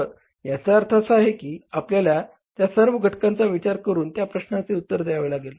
तर याचा अर्थ असा आहे की आपल्याला त्या सर्व घटकांचा विचार करून त्या प्रश्नाचे उत्तर द्यावे लागेल